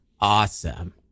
awesome